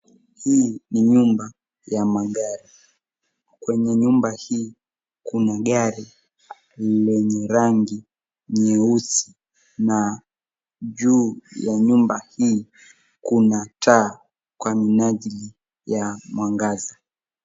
Hii ni nyumba ya magari. Kwenye nyumba hii kuna rangi lenye rangi nyeusi na juu ya nyumba hii kuna taa kwa minajili ya mwangaza.